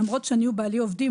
למרות שאני ובעלי עובדים,